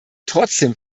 trotzdem